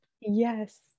yes